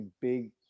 big